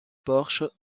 porche